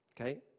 okay